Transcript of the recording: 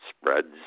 spreads